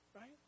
right